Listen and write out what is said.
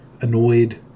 annoyed